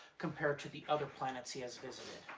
comparted to the other planets he has visited?